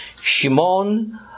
Shimon